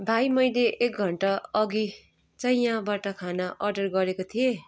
भाइ मैले एक घन्टा अघि चाहिँ याहाँबाट खाना अर्डर गरेको थिएँ